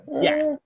yes